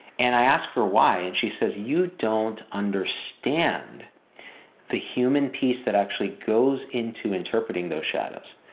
and i ask her why and she says, you don't understand the human piece that actually goes into interpreting those shadows.